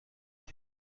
بود